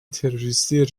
تروریستی